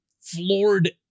floored